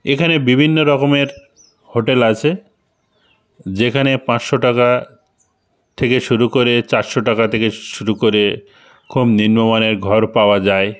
এখানে বিভিন্নরকমের হোটেল আছে যেখানে পাঁচশো টাকা থেকে শুরু করে চারশো টাকা থেকে শুরু করে কম ভিন্ন মানের ঘর পাওয়া যায়